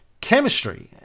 chemistry